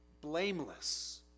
blameless